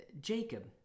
Jacob